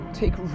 take